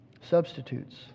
substitutes